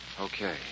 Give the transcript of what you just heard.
Okay